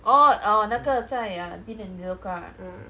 orh orh 那个在 dean and deluca ah